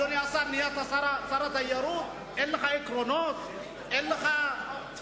אדוני השר, נהיית שר, שר התיירות, אין לך עקרונות?